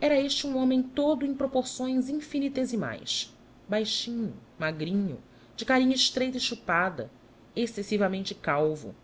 era este um homem todo em proporções infinitesimaes baixinho magrinho de carinha estreita e chupada excessivamente calvo